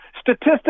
statistics